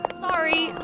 Sorry